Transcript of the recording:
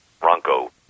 Bronco